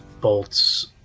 bolts